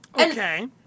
Okay